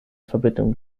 verbindung